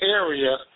area